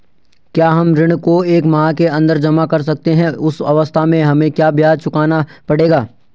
क्या हम ऋण को एक माह के अन्दर जमा कर सकते हैं उस अवस्था में हमें कम ब्याज चुकाना पड़ेगा?